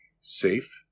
safe